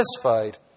satisfied